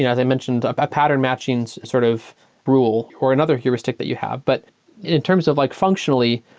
as i've mentioned, a pattern matching sort of rule, or another heuristic that you have. but in in terms of like functionally,